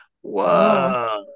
Whoa